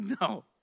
no